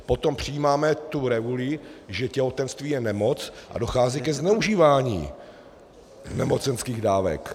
Potom přejímáme tu reguli, že těhotenství je nemoc, a dochází ke zneužívání nemocenských dávek.